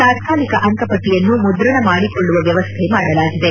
ತಾತ್ಕಾಲಿಕ ಅಂಕಪಟ್ಟಯನ್ನು ಮುದ್ರಣ ಮಾಡಿಕೊಳ್ಳುವ ವ್ಕವಸ್ಥೆ ಮಾಡಲಾಗಿದೆ